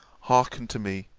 hearken to me,